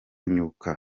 nuko